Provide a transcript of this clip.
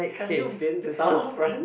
have you been to south of France